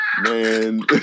Man